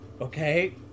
Okay